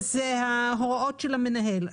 ההוראות של המנהל.